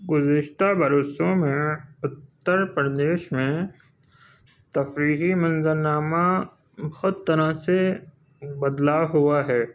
گزشتہ برسوں میں اتر پردیش میں تفریحی منظر نامہ بہت طرح سے بدلاؤ ہوا ہے